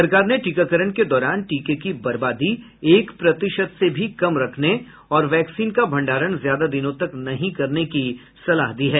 सरकार ने टीकाकरण के दौरान टीके की बर्बादी एक प्रतिशत से भी कम रखने और वैक्सीन का भंडारण ज्यादा दिनों तक नहीं करने की सलाह दी है